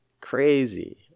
crazy